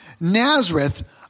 Nazareth